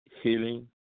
healing